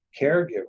caregiver